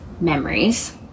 memories